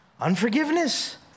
unforgiveness